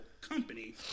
company